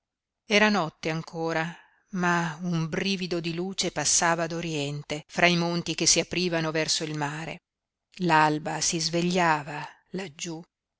era notte ancora ma un brivido di luce passava ad oriente fra i monti che si aprivano verso il mare l'alba si svegliava laggiú